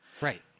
Right